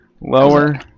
Lower